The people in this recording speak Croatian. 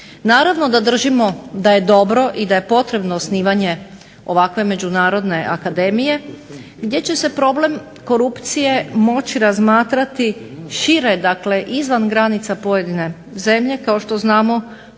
Naravno da držimo da je dobro i da je potrebno osnivanje ovakve međunarodne akademije gdje će se problem korupcije moći razmatrati šire, dakle izvan granica pojedine zemlje. Kao što znamo